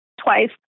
twice